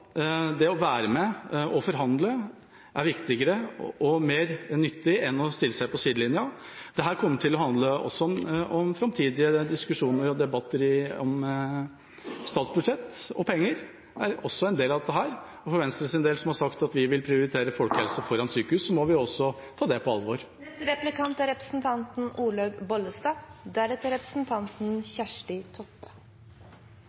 det å være med og forhandle er viktigere og mer nyttig enn å stille seg på sidelinja. Dette kommer til å handle også om framtidige diskusjoner om statsbudsjett, og penger er også en del av dette. For Venstres del, som har sagt at vi vil prioritere folkehelse foran sykehus, må vi også ta det på alvor.